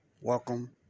Welcome